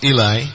Eli